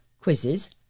quizzes